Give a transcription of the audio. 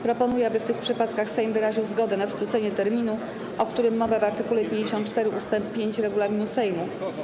Proponuję, aby w tych przypadkach Sejm wyraził zgodę na skrócenie terminu, o którym mowa w art. 54 ust. 5 regulaminu Sejmu.